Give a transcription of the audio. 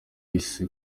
ise